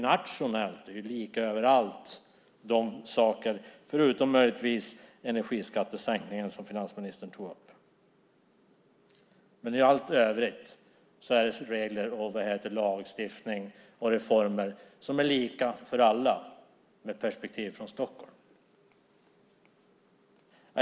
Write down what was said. Nationellt är det lika överallt, utom möjligtvis vad gäller energiskattesänkningen, som finansministern tog upp. I allt övrigt är regler, lagstiftning och reformer lika för alla med perspektiv från Stockholm.